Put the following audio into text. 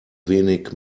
wenig